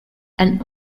and